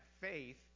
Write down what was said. faith